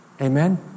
Amen